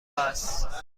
است